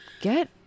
Get